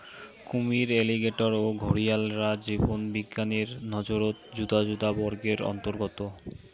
কুমীর, অ্যালিগেটর ও ঘরিয়ালরা জীববিজ্ঞানের নজরত যুদা যুদা বর্গের অন্তর্গত